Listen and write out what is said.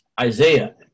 Isaiah